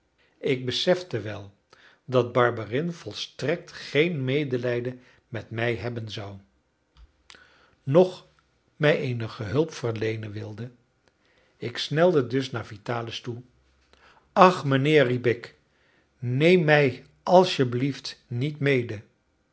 ik besefte wel dat barberin volstrekt geen medelijden met mij hebben zou noch mij eenige hulp verleenen wilde ik snelde dus naar vitalis toe ach mijnheer riep ik neem mij als je blieft niet mede